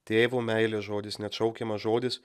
tėvo meilės žodis neatšaukiamas žodis